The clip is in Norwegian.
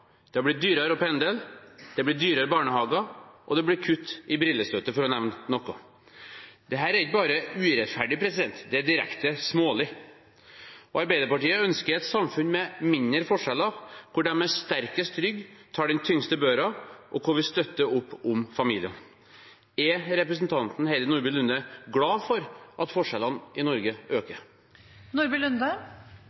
Det er blitt dyrere å pendle, det er blitt dyrere barnehager, og det blir kutt i brillestøtte – for å nevne noe. Dette er ikke bare urettferdig, det er direkte smålig. Arbeiderpartiet ønsker et samfunn med mindre forskjeller, der de med sterkest rygg tar den tyngste børen, og der vi støtter opp om familien. Er representanten Heidi Nordby Lunde glad for at forskjellene i Norge øker?